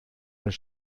das